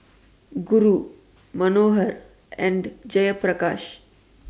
Guru Manohar and Jayaprakash